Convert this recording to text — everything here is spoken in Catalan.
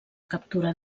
captura